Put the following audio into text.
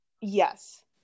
yes